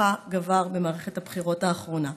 שכוחה גבר במערכת הבחירות האחרונה.